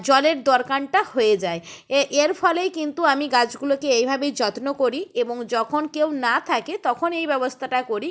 জলের দরকারটা হয়ে যায় এ এর ফলেই কিন্তু আমি গাছগুলোকে এইভাবেই যত্ন করি এবং যখন কেউ না থাকে তখন এই ব্যবস্থাটা করি